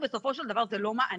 בסופו של דבר, אותנו זה לא מעניין.